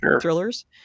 thrillers